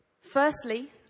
Firstly